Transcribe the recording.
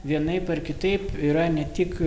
vienaip ar kitaip yra ne tik